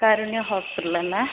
കാരുണ്യ ഹോസ്പിറ്റലല്ലേ